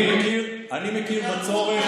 אתה מכיר בצורך שלנו לדבר בשפה הערבית?